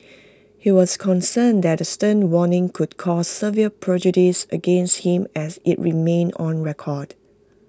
he was concerned that the stern warning would cause severe prejudice against him as IT remained on record